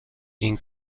این